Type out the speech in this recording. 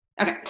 Okay